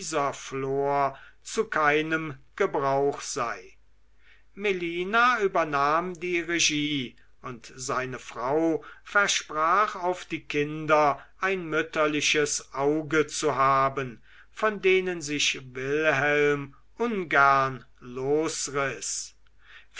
zu keinem gebrauch sei melina übernahm die regie und seine frau versprach auf die kinder ein mütterliches auge zu haben von denen sich wilhelm ungern